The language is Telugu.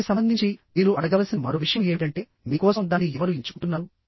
దీనికి సంబంధించి మీరు అడగవలసిన మరో విషయం ఏమిటంటే మీ కోసం దాన్ని ఎవరు ఎంచుకుంటున్నారు